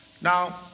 Now